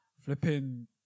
flipping